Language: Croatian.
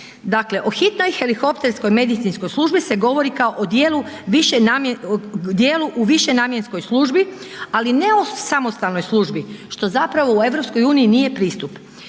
Dakle o hitnoj helikopterskoj medicinskoj službi se govori kao o dijelu u višenamjenskoj službi ali ne o samostalnoj službi što zapravo u EU nije pristup.